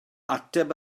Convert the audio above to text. ateb